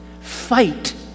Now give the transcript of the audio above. fight